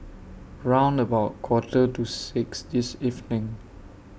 round about A Quarter to six This evening